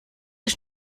ich